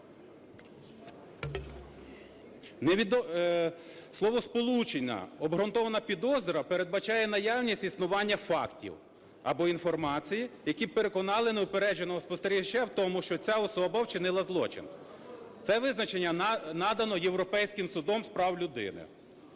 Словосполучення "обґрунтована підозра" передбачає наявність існування фактів або інформації, які б переконали неупередженого спостерігача в тому, що ця особа вчинила злочин - це визначення надано Європейським судом з прав людини.